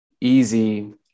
easy